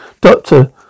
Doctor